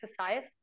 exercise